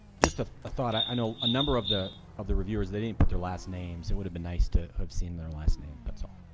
just ah a thought. i know a number of the of the reviewers they didn't put their last names. it would've been nice to have seen their last name that's all.